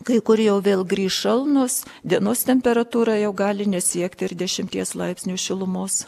kai kur jau vėl grįš šalnos dienos temperatūra jau gali nesiekti ir dešimties laipsnių šilumos